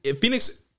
Phoenix